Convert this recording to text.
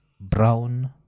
brown